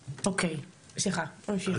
אוקיי, סליחה, תמשיך.